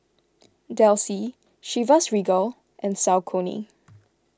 Delsey Chivas Regal and Saucony